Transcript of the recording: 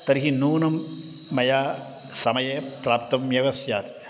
तर्हि नूनं मया समये प्राप्तम् एव स्यात्